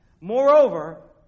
Moreover